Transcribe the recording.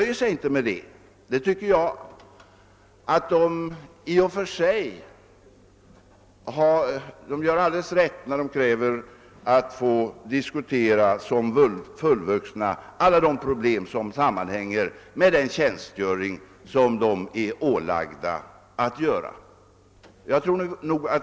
Jag tycker att ungdomarna i och för sig gör alldeles rätt när de kräver att som fullvuxna få diskutera alla de problem som sammanhänger med den tjänstgöring de är ålagda att fullgöra.